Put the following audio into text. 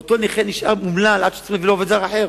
ואותו נכה נשאר אומלל וצריך למצוא לו עובד זר אחר.